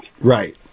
Right